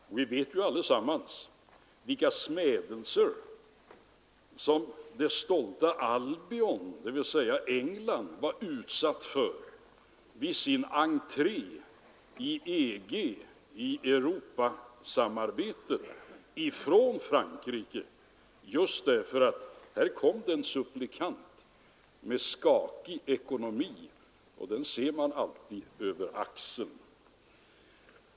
Och vi vet alla vilka smädelser som det stolta Albion, dvs. England, utsattes för vid sin entré i EG, alltså i Europasamarbetet, av Frankrike just därför att här kom det en supplikant med skakig ekonomi, och en sådan ser man alltid över axeln.